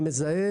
אני מזהה,